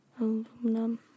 aluminum